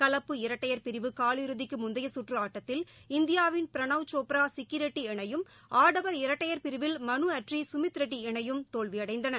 கலப்பு இரட்டையர் பிரிவு கால் இறுதிக்கு முந்தைய சுற்று ஆட்டதில் இந்தியாவின் பிரணாவ் சோப்ரா சிக்கிரெட்டி இணையும் ஆடவர் இரட்டையர் பிரிவில் மனு அட்ரி சுமித்ரெட்டி இணையும் தோல்வியடைந்தன